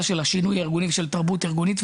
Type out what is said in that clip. של השינוי הארגוני ושל תרבות ארגונית,